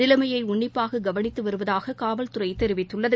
நிலைமையைஉன்னிப்பாககவனித்துவருவதாககாவல்துறைதெரிவித்துள்ளது